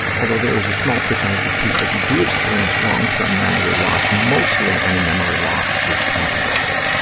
although there is a small percentage of people who do experience long-term memory loss, mostly any memory loss is temporary.